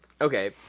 okay